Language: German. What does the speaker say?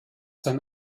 sein